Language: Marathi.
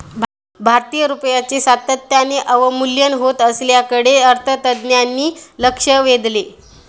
भारतीय रुपयाचे सातत्याने अवमूल्यन होत असल्याकडे अर्थतज्ज्ञांनी लक्ष वेधले